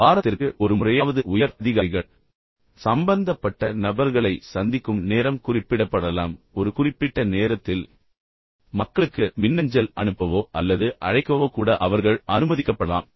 வாரத்திற்கு ஒரு முறையாவது உயர் அதிகாரிகள் சம்பந்தப்பட்ட நபர்களை சந்திக்கும் நேரம் குறிப்பிடப்படலாம் ஒரு குறிப்பிட்ட நேரத்தில் மக்களுக்கு மின்னஞ்சல் அனுப்பவோ அல்லது அழைக்கவோ கூட அவர்கள் அனுமதிக்கப்படலாம்